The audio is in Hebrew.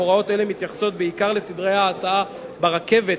אך הוראות אלה מתייחסות בעיקר לסדרי ההסעה ברכבת,